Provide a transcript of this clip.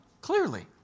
clearly